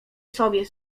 sobie